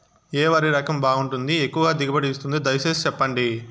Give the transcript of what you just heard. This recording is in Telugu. ఏ వరి రకం బాగుంటుంది, ఎక్కువగా దిగుబడి ఇస్తుంది దయసేసి చెప్పండి?